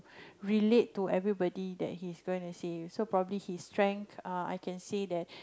relate to everybody that he's gonna say so probably his strengths uh I can say that